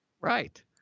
Right